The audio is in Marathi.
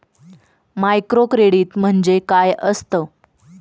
मायक्रोक्रेडिट म्हणजे काय असतं?